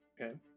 Okay